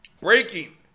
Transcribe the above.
Breaking